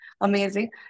amazing